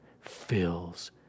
fills